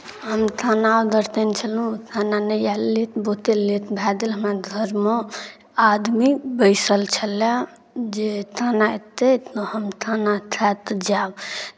हम थाना ऑर्डर तेने छलहुँ थाना नहि आयल लेट बहुते लेट भए देल हमरा धरमे आदमी बैसल छलय जे थाना अयतै तऽ हम थाना था तऽ जायब